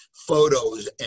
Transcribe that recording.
photos